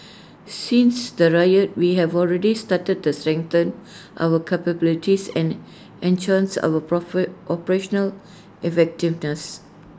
since the riot we have already started to strengthen our capabilities and enhance our profit operational effectiveness